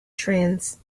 trends